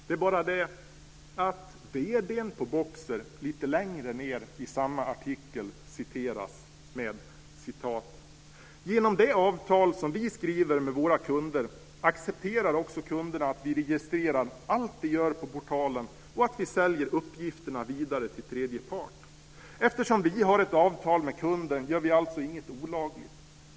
Det är bara så att det lite längre ned i samma artikel heter: "Genom det avtal som vi skriver med våra kunder accepterar också kunderna att vi registrerar allt de gör på portalen och att vi säljer uppgifterna vidare till tredje part. Eftersom vi har ett avtal med kunden gör vi alltså inget olagligt.